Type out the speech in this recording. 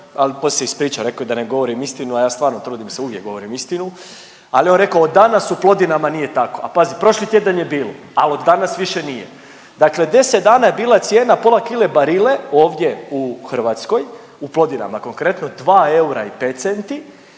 al poslije se ispričao rekao je da ne govorim istinu, a ja stvarno trudim se uvijek govorim istinu, al je on rekao od danas u Plodinama nije tako, a pazi prošli tjedan je bilo, al od danas više nije. Dakle, 10 dana je bila cijena pola kile Barille ovdje u Hrvatskoj u Plodinama konkretno dva eura